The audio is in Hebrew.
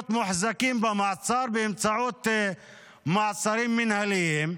מוחזקים במעצר באמצעות מעצרים מינהליים.